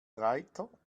reiter